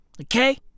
Okay